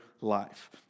life